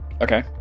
Okay